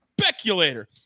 Speculator